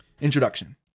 Introduction